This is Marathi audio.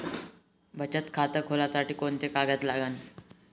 बचत खात खोलासाठी कोंते कागद लागन?